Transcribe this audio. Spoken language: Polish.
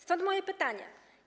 Stąd moje pytania.